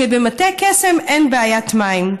כבמטה קסם אין בעיית מים.